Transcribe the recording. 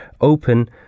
open